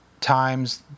times